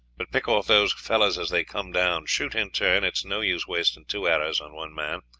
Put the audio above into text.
but pick off those fellows as they come down. shoot in turn it is no use wasting two arrows on one man.